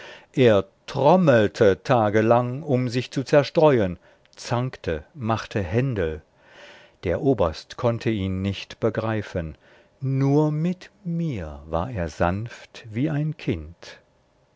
er trommelte tagelang um sich zu zerstreuen zankte machte händel der oberst konnte ihn nicht begreifen nur mit mir war er sanft wie ein kind